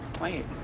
Wait